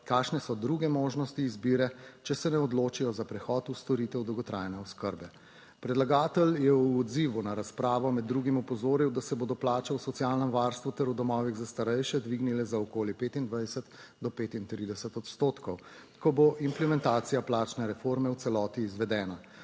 kakšne so druge možnosti izbire, če se ne odločijo za prehod v storitev dolgotrajne oskrbe. Predlagatelj je v odzivu na razpravo med drugim opozoril, da se bodo plače v socialnem varstvu ter v domovih za starejše dvignile za okoli 25 do 35 odstotkov, ko bo implementacija plačne reforme v celoti izvedena.